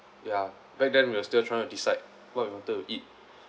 ya back then we were still trying to decide what we wanted to eat